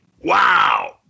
Wow